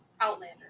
Outlander